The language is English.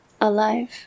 Alive